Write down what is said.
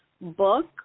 book